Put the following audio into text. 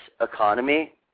economy